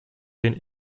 den